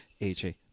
AJ